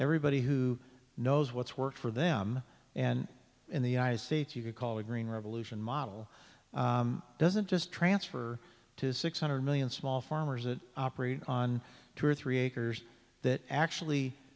everybody who knows what's worked for them and in the united states you could call the green revolution model doesn't just transfer to six hundred million small farmers it operate on two or three acres that actually